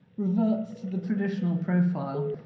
reverts to the traditional profile,